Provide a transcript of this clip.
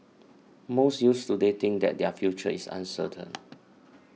most youths today think that their future uncertain